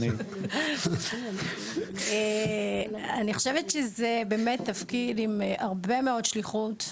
חושבת שזה באמת תפקיד עם הרבה מאוד שליחות,